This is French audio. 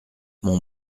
mon